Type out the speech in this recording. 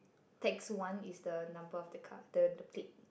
tax one is the number of the car the the plate